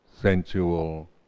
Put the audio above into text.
sensual